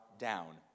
down